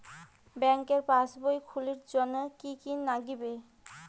ব্যাঙ্কের পাসবই খুলির জন্যে কি কি নাগিবে?